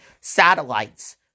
satellites